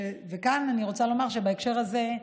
וכאן אני רוצה לומר, בהקשר הזה,